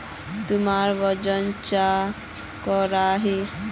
तुमरा वजन चाँ करोहिस?